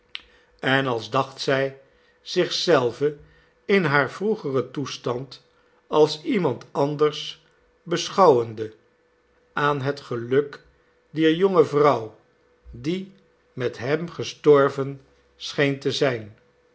en als dacht zij zich zelve in haar vroegeren toestand als iemand anders beschouwende aan het geluk dier jonge vrouw die met hem gestorven scheen te zijn